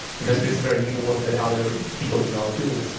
because it's a very new work that other people do not do.